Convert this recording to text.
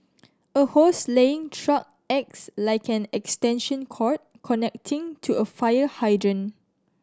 a hose laying truck acts like an extension cord connecting to a fire hydrant